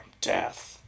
death